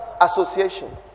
association